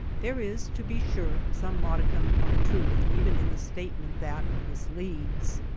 there is, to be sure, some modicum of truth even in the statement that misleads.